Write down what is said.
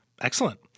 Excellent